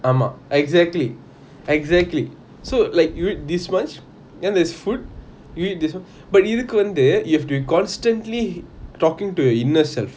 ஆமா:ama exactly exactly so like you eat this much then there's food you eat this [one] but இதுக்கு வந்து:ithuku vanthu you have to constantly talking to your inner self